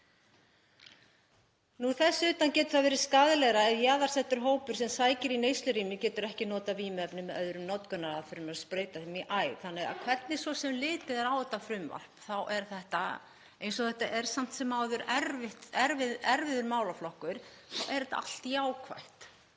Þess utan getur það verið skaðlegra ef jaðarsettur hópur sem sækir í neyslurými getur ekki notað vímuefni með öðrum notkunaraðferðum en að sprauta þeim í æð. Þannig að hvernig svo sem litið er á þetta frumvarp, eins og þetta er samt sem áður erfiður málaflokkur, þá er þetta allt jákvætt.